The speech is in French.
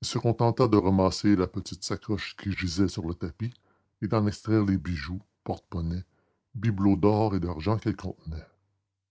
il se contenta de ramasser la petite sacoche qui gisait sur le tapis et d'en extraire les bijoux porte-monnaie bibelots d'or et d'argent qu'elle contenait